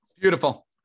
Beautiful